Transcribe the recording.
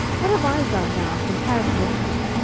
what have i done now in comparison of you?